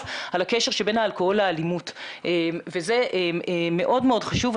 על הקשר שבין האלכוהול לאלימות וזה מאוד מאוד חשוב.